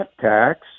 tax